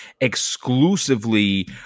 exclusively